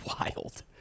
wild